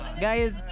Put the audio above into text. Guys